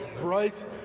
right